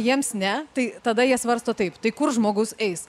jiems ne tai tada jie svarsto taip tai kur žmogus eis